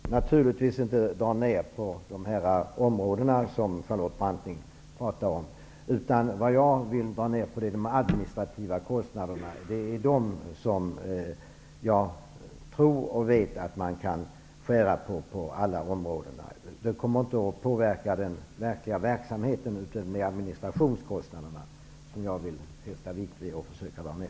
Herr talman! Jag vill naturligtvis inte dra ner på de områden som Charlotte Branting talade om. Däremot vill jag dra ner på de administrativa kostnaderna. Det är dessa kostnader som jag tror och vet att man kan minska på alla områden. Att minska administrationskostnaderna kommer inte att påverka den verkliga verksamheten, och det vill jag fästa stor vikt vid.